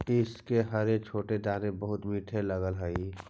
इसके हरे छोटे दाने बहुत मीठे लगअ हई